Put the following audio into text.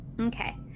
Okay